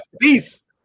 Peace